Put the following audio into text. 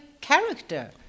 character